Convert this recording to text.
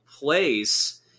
place